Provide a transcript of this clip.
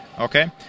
okay